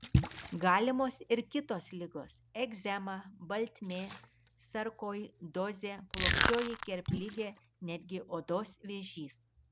galimos ir kitos ligos egzema baltmė sarkoidozė plokščioji kerpligė netgi odos vėžys